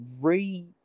re